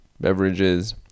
beverages